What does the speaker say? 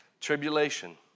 Tribulation